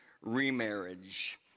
remarriage